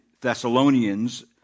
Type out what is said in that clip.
Thessalonians